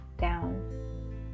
down